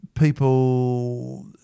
People